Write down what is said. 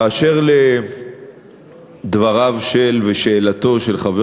באשר לדבריו ושאלתו של חבר